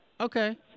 Okay